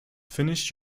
finished